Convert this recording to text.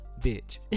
Bitch